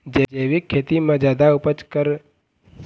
जैविक खेती म जादा उपज बर का करना ये?